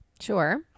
sure